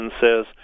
says